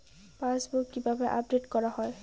Passbook কিভাবে update করা হয়?